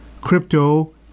crypto